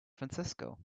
francisco